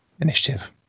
initiative